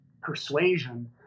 persuasion